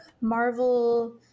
Marvel